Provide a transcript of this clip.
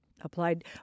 applied